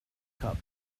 cup